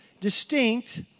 distinct